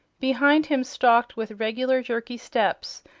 behind him stalked with regular, jerky steps,